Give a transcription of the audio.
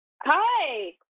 Hi